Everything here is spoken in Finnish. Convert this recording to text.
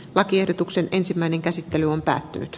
lakiehdotuksen ensimmäinen käsittely on maihin